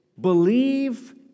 believe